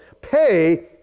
pay